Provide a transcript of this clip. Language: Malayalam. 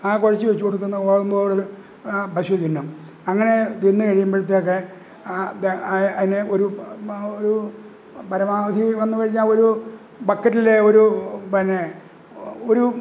ആ കുഴച്ച് വച്ചുകൊടുക്കുന്ന ഗോതമ്പ് തവിട് ആ പശു തിന്നും അങ്ങനെ തിന്ന് കഴിയുമ്പോഴത്തേക്ക് ആ അതിനെ ഒരു ഒരു പരമാവധി വന്ന് കഴിഞ്ഞാല് ഒരു ബക്കറ്റിലെ ഒരു പിന്നെ ഒരു